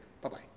Bye-bye